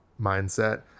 mindset